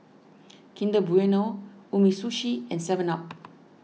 Kinder Bueno Umisushi and Seven Up